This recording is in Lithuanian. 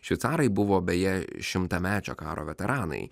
šveicarai buvo beje šimtamečio karo veteranai